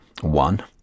one